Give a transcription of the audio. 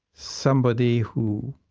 somebody who